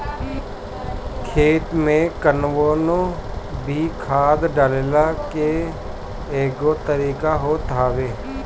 खेत में कवनो भी खाद डालला के एगो तरीका होत हवे